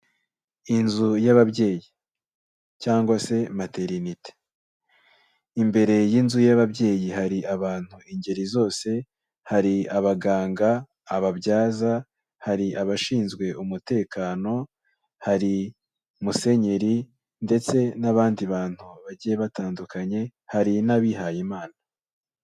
Inzu y'ababyeyi cyangwa se materinite. Imbere y'inzu y'ababyeyi hari abantu ingeri zose, hari abaganga, ababyaza, hari abashinzwe umutekano, hari musenyeri ndetse n'abandi bantu bagiye batandukanye, hari n'abihayimana.